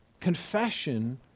Confession